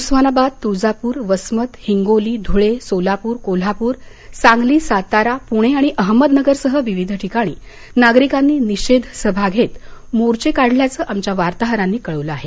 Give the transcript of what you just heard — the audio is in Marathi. उस्मानाबाद तुळजापूर वसमत हिंगोली धुळे सोलापूर कोल्हापूर सांगली सातारा पुणे आणि अहमदनगरसह विविध ठिकाणी नागरीकांनी निषेध सभा घेत मोर्चे काढल्याचं आमच्या वार्ताहरांनी कळवलं आहे